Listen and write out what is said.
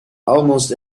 almost